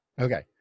Okay